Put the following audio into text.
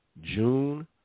June